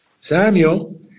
Samuel